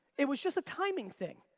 it was just a timing thing.